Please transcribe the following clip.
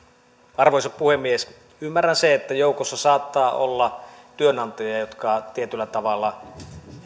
arvoisa puhemies ymmärrän sen että joukossa saattaa olla työnantajia jotka tietyllä tavalla